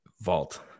vault